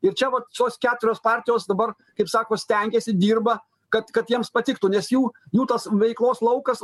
ir čia vat tos keturios partijos dabar kaip sako stengiasi dirba kad kad jiems patiktų nes jų jų tas veiklos laukas